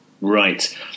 Right